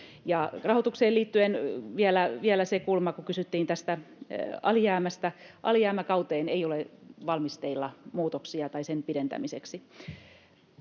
Rahoitukseen liittyen vielä se kulma, kun kysyttiin tästä alijäämästä: Alijäämäkauden pidentämiseksi ei ole valmisteilla muutoksia. Alijäämät